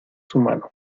humano